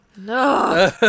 No